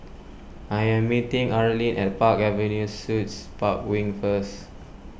I am meeting Arlin at Park Avenue Suites Park Wing first